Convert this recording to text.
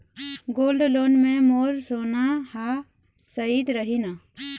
Gold loan मे मोर सोना हा सइत रही न?